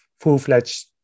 full-fledged